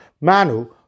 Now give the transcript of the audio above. Manu